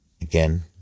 Again